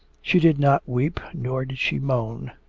she did not weep, nor did she moan.